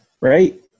Right